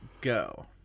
go